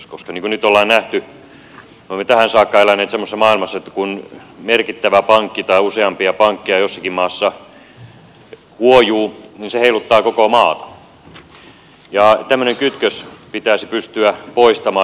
niin kuin nyt on nähty me olemme tähän saakka eläneet semmoisessa maailmassa että kun merkittävä pankki tai useampia pankkeja jossakin maassa huojuu niin se heiluttaa koko maata ja tämmöinen kytkös pitäisi pystyä poistamaan